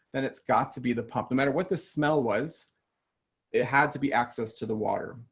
then it's got to be the pump the matter what the smell was it had to be access to the water.